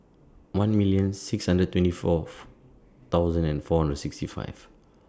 one million six hundred twenty Fourth thousand and four and sixty five